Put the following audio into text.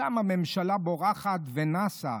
שם הממשלה בורחת ונסה.